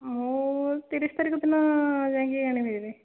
ମୁଁ ତିରିଶ ତାରିଖ ଦିନ ଯାଇକି ଆଣିବି ହାରି